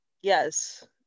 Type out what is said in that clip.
Yes